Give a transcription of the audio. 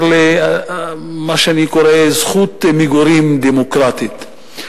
למה שאני קורא "זכות מגורים דמוקרטית".